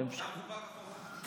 לזכויות הילד?